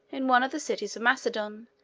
in one of the cities of macedon,